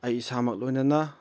ꯑꯩ ꯏꯁꯥꯃꯛ ꯂꯣꯏꯅꯅ